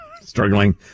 struggling